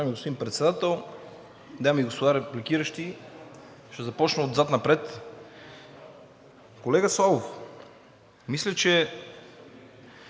Уважаеми господин Председател, дами и господа репликиращи, ще започна отзад напред. Колега Славов, мисля, че